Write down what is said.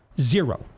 Zero